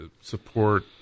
support